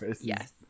yes